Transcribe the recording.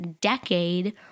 decade